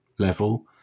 level